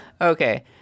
okay